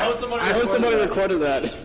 so someone someone and recorded that.